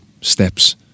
steps